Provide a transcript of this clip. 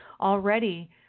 already